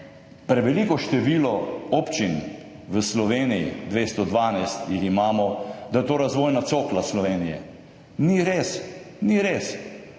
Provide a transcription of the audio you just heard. preveliko število občin, 212 jih imamo, da je to razvojna cokla Slovenije. Ni res! Ni res!